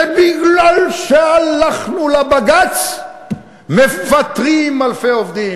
שמפני שהלכנו לבג"ץ מפטרים אלפי עובדים.